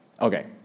Okay